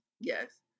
yes